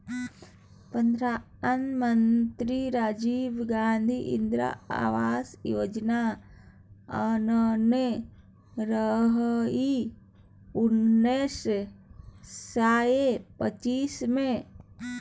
प्रधानमंत्री राजीव गांधी इंदिरा आबास योजना आनने रहय उन्नैस सय पचासी मे